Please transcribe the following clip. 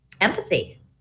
empathy